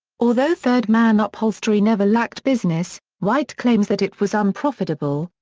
although third man upholstery never lacked business, white claims that it was unprofitable,